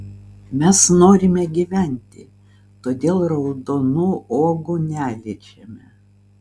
mes norime gyventi todėl raudonų uogų neliečiame